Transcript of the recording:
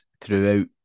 throughout